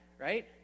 right